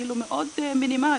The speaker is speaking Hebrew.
מינימלי,